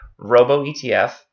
RoboETF